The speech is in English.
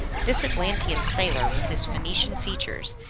this atlantean sailor, with his phoenician features,